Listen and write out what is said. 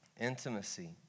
intimacy